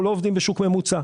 אנחנו לא עובדים בשוק ממוצע.